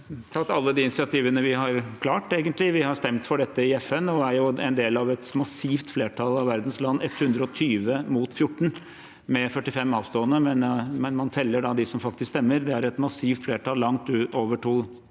tatt alle de initiativene vi har klart, egentlig. Vi har stemt for dette i FN. Vi er en del av et massivt flertall av verdens land, 120 mot 14, med 45 avstående, men man teller dem som faktisk stemmer. Det er et massivt flertall, langt over det